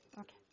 Okay